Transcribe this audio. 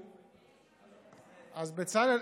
אז בצלאל,